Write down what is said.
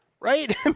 Right